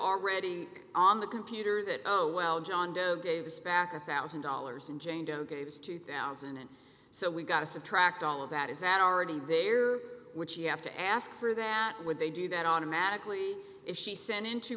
already on the computer that oh well john doe gave us back a thousand dollars and jane doe gave us two thousand and so we've got to subtract all of that is that already there which you have to ask for that would they do that automatically if she sent in